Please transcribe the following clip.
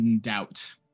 doubt